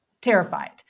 terrified